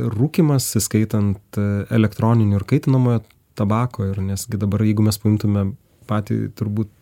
rūkymas įskaitant elektroninių ir kaitinamojo tabako ir nes gi dabar jeigu mes paimtume patį turbūt